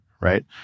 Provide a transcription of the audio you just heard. right